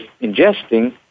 ingesting